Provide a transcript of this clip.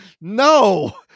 no